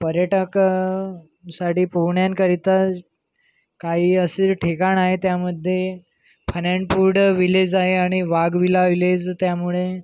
पर्यटक साठी पोहण्याकरिता काही असे ठिकाण आहे त्यामध्ये फन अँड फूड विलेज आहे आणि वाघ विला विलेज त्यामुळे